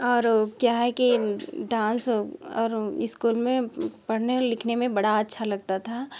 और क्या है कि डांस और स्कूल में पढ़ने लिखने में बड़ा अच्छा लगता था